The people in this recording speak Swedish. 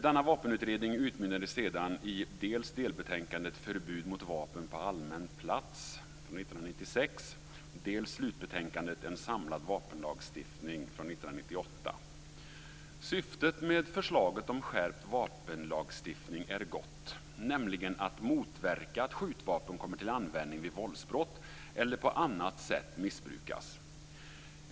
Denna vapenutredning utmynnade sedan i dels delbetänkandet Förbud mot vapen på allmän plats från 1996, dels slutbetänkandet En samlad vapenlagstiftning m.m. från 1998. Syftet med förslaget om skärpt vapenlagstiftning är gott, nämligen att motverka att skjutvapen kommer till användning vid våldsbrott eller på annat sätt missbrukas.